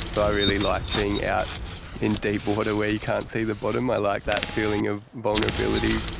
but i really like being out in deep water where you can't see the bottom, i like that feeling of vulnerability.